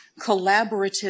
collaborative